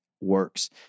works